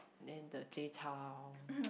and the Jay-Chou